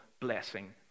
blessing